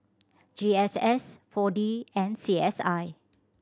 G S S Four D and C S I